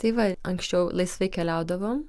tai va anksčiau laisvai keliaudavom